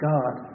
God